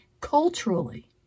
culturally